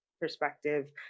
perspective